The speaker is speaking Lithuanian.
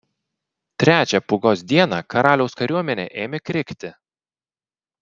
trečią pūgos dieną karaliaus kariuomenė ėmė krikti